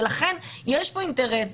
ולכן יש פה אינטרס.